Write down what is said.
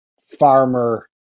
farmer